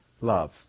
love